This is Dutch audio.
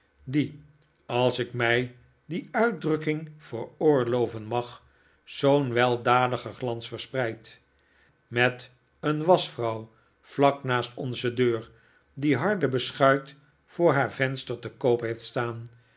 die als ik mij die uitdrukking veroorlooven mag zoo'n weldadigen glans verspreidt met een waschvrouw vlak naast onze deur die harde beschuit voor haar venster te koop heeft staah